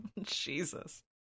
Jesus